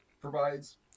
provides